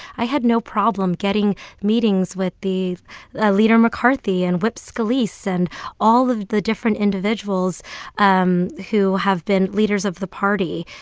i had no problem getting meetings with the ah leader mccarthy and whip scalise so and all of the different individuals um who have been leaders of the party.